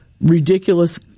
ridiculous